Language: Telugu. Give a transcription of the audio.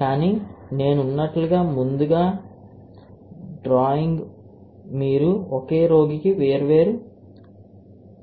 కానీ నేను ఉన్నట్లు ముందుగా డ్రాయింగ్ మీరు ఒకే రోగికి వేర్వేరు మందులను పరీక్షించవచ్చు